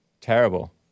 Terrible